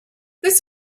this